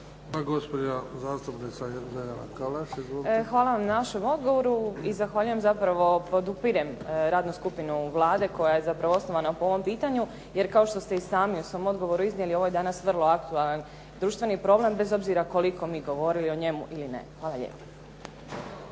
Hvala vam na vašem odgovoru. I zahvaljujem zapravo podupirem radnu skupinu Vlade koja je zapravo osnovana po ovom pitanju, jer kao što ste i sami u svom odgovoru iznijeli, ovo je danas vrlo aktualan društveni problem, bez obzira koliko mi govorili o njemu ili ne. Hvala lijepa.